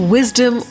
Wisdom